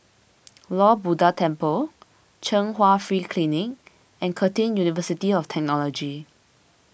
Lord Buddha Temple Chung Hwa Free Clinic and Curtin University of Technology